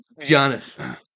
Giannis